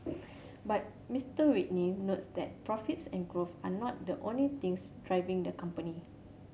but Mister Whitney notes that profits and growth are not the only things driving the company